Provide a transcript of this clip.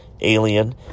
alien